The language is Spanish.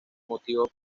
motivos